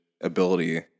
ability